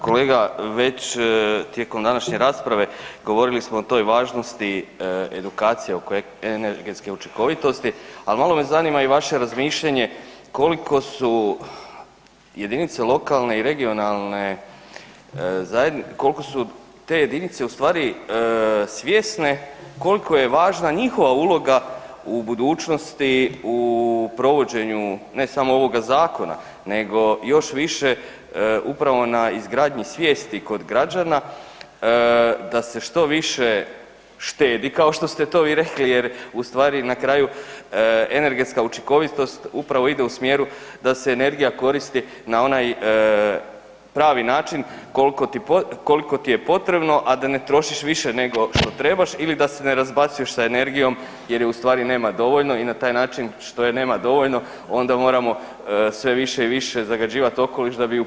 Kolega već tijekom današnje rasprave govorili smo o toj važnosti edukacije oko energetske učinkovitosti, ali malo me zanima i vaše razmišljanje koliko su jedinice lokalne i regionalne koliko su te jedinice svjesne koliko je važna njihova uloga u budućnosti u provođenju ne samo ovoga zakona nego još više upravo na izgradnji svijesti kod građana da se što više štedi, kao što ste to vi rekli jer ustvari na kraju energetska učinkovitost upravo ide u smjeru da se energija koristi na onaj pravi način koliko ti je potrebno, a da ne trošiš više nego što trebaš ili da se ne razbacuješ sa energijom jer je ustvari nema dovoljno i na taj način što je nema dovoljno onda moramo sve više i više zagađivat okoliš da bi ju proizvodili.